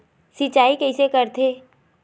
सिंचाई कइसे करथे?